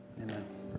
Amen